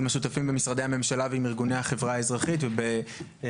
עם השותפים במשרדי הממשלה ועם ארגוני החברה האזרחית ובסיוע